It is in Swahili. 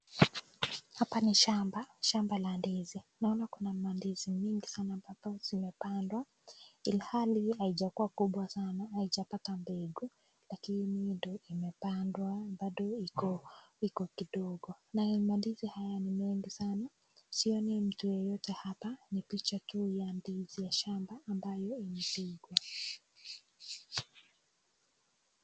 Hapa ni shamba, shamba la ndizi. Naona kuna mandizi mingi sana ambapo zimepandwa ilhali haijakuwa kubwa sana haijapata mbegu lakini ndio imepandwa bado iko kidogo. Nayo mandizi haya ni mengi sana. Sioni mtu yeyote hapa, ni picha tu ya ndizi ya shamba ambayo imepikwa.